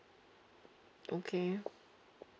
okay